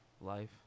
life